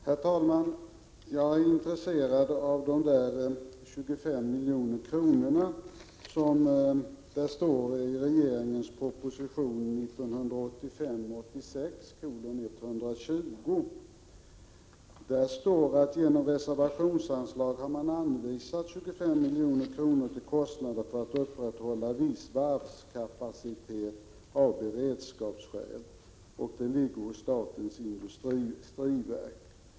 Herr talman! Jag är intresserad av de 25 milj.kr. som det talas om i proposition 1985/86:120. Där står det att genom reservationsanslag har man anvisat 25 milj.kr. för att upprätthålla viss varvskapacitet av beredskapsskäl, och dessa pengar ligger hos statens industriverk.